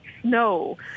Snow